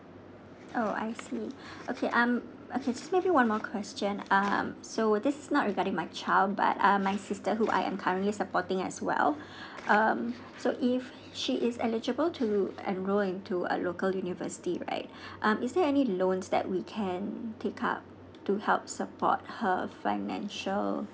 oh I see okay um okay so may be one more question um so this is not regarding my child but uh my sister who I am currently supporting as well um so if she is eligible to enroll into a local university right um is there any loans that we can take up to help support her financial